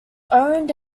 owned